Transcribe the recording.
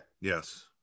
Yes